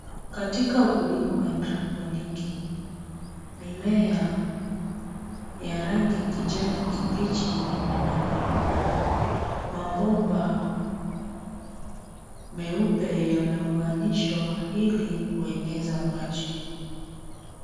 Katika ukulima kwa hydroponiki, mimea ya rangi kijani kibichi imenawiri. Mabomba meupe yameunganishwa ili kueneza maji.